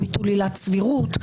ביטול עילת סבירות,